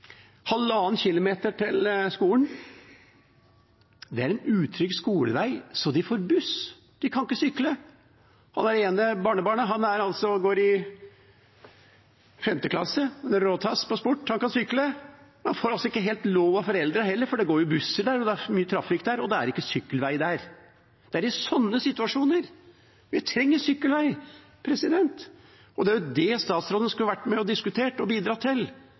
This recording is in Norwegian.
1,5 km til skolen. Det er en utrygg skolevei, så de får buss. De kan ikke sykle. Det ene barnebarnet går i 5. klasse, en råtass i sport. Han kan sykle, men han får ikke helt lov av foreldrene heller, for det går jo busser der, det er mye trafikk der, og det er ikke sykkelvei der. Det er i sånne situasjoner vi trenger sykkelvei. Det er det statsråden skulle ha vært med og diskutert og bidratt til.